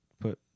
put